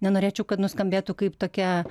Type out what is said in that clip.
nenorėčiau kad nuskambėtų kaip tokia